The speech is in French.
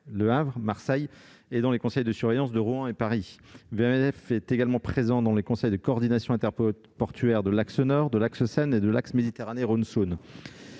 et de Marseille, ainsi que dans les conseils de surveillance des ports de Rouen et Paris. Il est également présent au sein des conseils de coordination interportuaire de l'axe Nord, de l'axe Seine et de l'axe Méditerranée-Rhône-Saône.